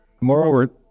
Moreover